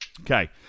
Okay